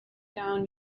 down